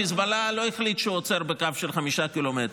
חיזבאללה לא החליט שהוא עוצר בקו של חמישה קילומטר,